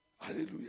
Hallelujah